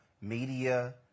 Media